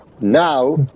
now